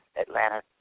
Atlanta